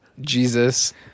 Jesus